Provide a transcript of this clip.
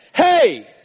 Hey